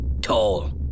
Tall